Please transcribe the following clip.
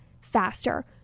faster